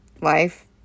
life